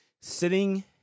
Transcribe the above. Sitting